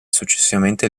successivamente